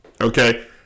Okay